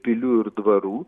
pilių ir dvarų